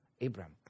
Abraham